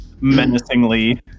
menacingly